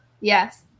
yes